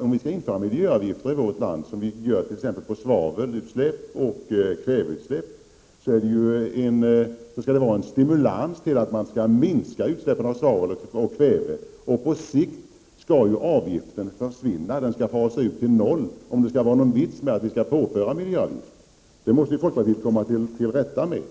Om vi skall införa miljöavgifter i vårt land — vilket vi t.ex. gör på svaveloch kväveutsläpp — skall det innebära en stimulans till att man skall minska utsläppen. På sikt skall avgiften försvinna. Den skall fasa ut till noll om det är någon mening med att ha en miljöavgift. Detta måste folkpartiet komma till rätta med.